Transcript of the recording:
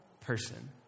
person